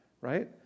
right